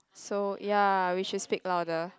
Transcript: so ya we should speak louder